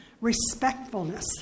respectfulness